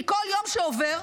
כי כל יום שעובר,